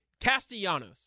Castellanos